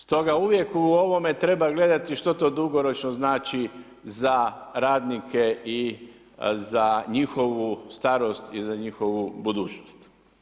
Stoga uvijek u ovome treba gledati što to dugoročno znači za radnike i za njihovu starost i za njihovu budućnost.